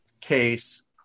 case